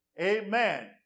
Amen